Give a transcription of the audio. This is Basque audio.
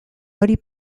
hori